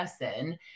person